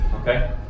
Okay